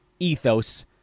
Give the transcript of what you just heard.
Ethos